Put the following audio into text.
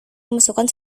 memasukkan